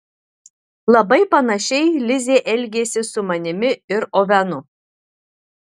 labai panašiai lizė elgėsi su manimi ir ovenu